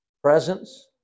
presence